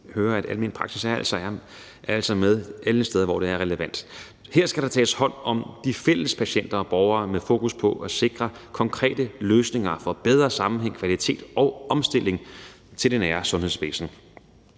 jo høre, at almen praksis altså er med alle steder, hvor det er relevant. Her skal der tages hånd om de fælles patienter og borgere med fokus på at sikre konkrete løsninger for bedre sammenhæng, kvalitet og omstilling til det nære sundhedsvæsen.